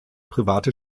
private